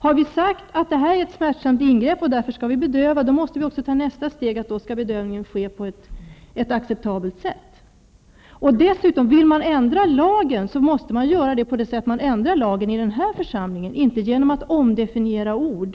Har vi sagt att det gäller ett smärtsamt ingrepp och att man därför måste bedöva, måste vi också ta nästa steg, nämligen att se till att bedövningen sker på ett acceptabelt sätt. Dessutom: Vill man ändra lagen, måste man göra det i den ordning som tillämpas i den här församlingen, inte genom att omdefi niera ord.